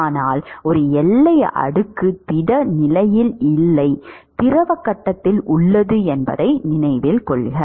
ஆனால் ஒரு எல்லை அடுக்கு திட நிலையில் இல்லை திரவ கட்டத்தில் உள்ளது என்பதை நினைவில் கொள்க